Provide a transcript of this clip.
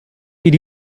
did